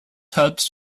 helped